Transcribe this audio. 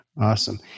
awesome